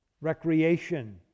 recreation